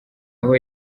aho